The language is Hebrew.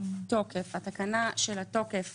תוקף מוצע לבטל את התקנה של התקוף.